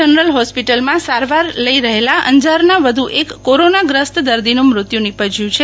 general હોસ્પિટલમાં સારવાર લઈ રહેલા અંજારના વધુ એક કોરોનાગ્રસ્ત દર્દીનું મૃત્યું નીપજ્યું છે